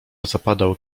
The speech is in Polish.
zapadał